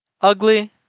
ugly